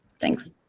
Thanks